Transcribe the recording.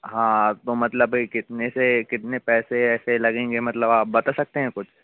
हाँ तो मतलब ए कितने से कितने पैसे ऐसे लगेंगे मतलब आप बता सकते हैं कुछ